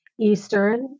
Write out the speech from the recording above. Eastern